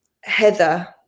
heather